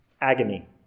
agony